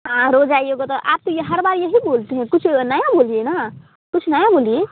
हाँ रोज़ आइए वो तो आप तो यह हर बार यही बोलते हैं कुछ नया बोलिए ना कुछ नया बोलिए